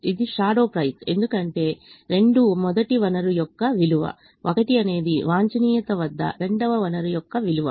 ఇది shadow price ఎందుకంటే 2 మొదటి వనరు యొక్క విలువ 1 అనేది వాంఛనీయత వద్ద రెండవ వనరు యొక్క విలువ